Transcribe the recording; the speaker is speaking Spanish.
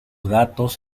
gatos